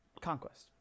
Conquest